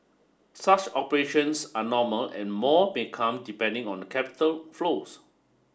such operations are normal and more may come depending on the capital flows